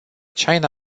china